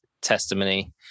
testimony